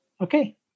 okay